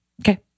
okay